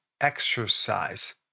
exercise